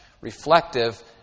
reflective